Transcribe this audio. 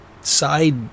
side